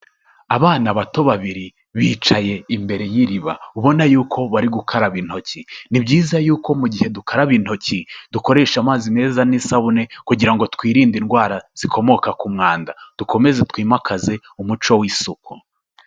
Abana bato babiri, bicaye imbere y'iriba. Ubona y'uko bari gukaraba intoki. Ni byiza yuko mu gihe dukaraba intoki, dukoresha amazi meza n'isabune kugira ngo twirinde indwara zikomoka ku mwanda. Dukomeze twimakaze umuco w'isuku.